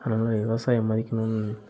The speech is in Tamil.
அதனால விவசாயியை மதிக்கணுன்னு